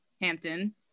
Hampton